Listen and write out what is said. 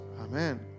Amen